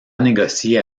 négocier